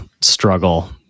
struggle